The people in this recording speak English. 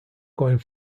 going